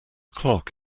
clock